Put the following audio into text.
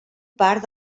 part